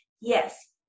Yes